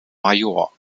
major